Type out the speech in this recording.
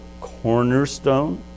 cornerstone